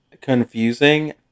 confusing